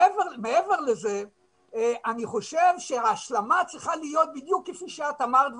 מעבר לזה אני חושב שההשלמה צריכה להיות בדיוק כפי שאת אמרת,